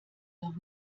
noch